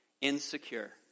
Insecure